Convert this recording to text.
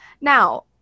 Now